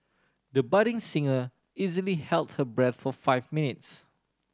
the budding singer easily held her breath for five minutes